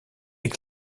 est